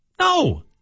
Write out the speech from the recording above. No